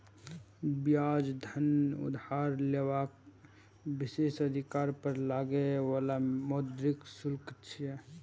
ब्याज धन उधार लेबाक विशेषाधिकार पर लागै बला मौद्रिक शुल्क छियै